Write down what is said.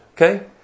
Okay